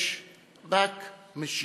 יש רק משילות.